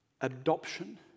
adoption